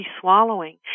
swallowing